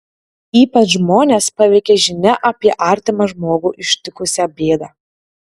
ypač žmones paveikia žinia apie artimą žmogų ištikusią bėdą